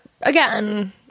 again